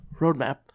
roadmap